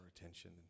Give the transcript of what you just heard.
attention